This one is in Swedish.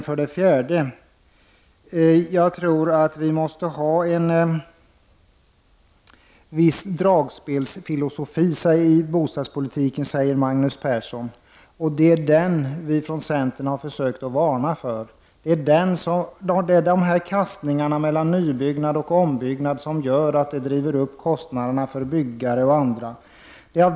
För det fjärde: Jag tror att vi måste ha en viss dragspelsfilosofi i bostadspolitiken, säger Magnus Persson. Det är just den vi i centern har försökt varna för. Det är kastningarna mellan nybyggnad och ombyggnad som driver upp kostnaderna för byggare och andra.